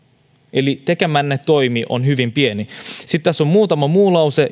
eli tekemänne toimi on hyvin pieni sitten tässä on muutama muu lause